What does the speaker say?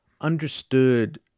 Understood